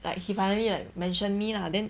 like he finally like mention me lah then